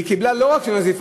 והיא קיבלה לא רק נזיפה,